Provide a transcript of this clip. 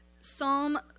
Psalm